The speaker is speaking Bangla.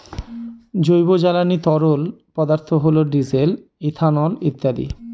জৈব জ্বালানি তরল পদার্থ হল ডিজেল, ইথানল ইত্যাদি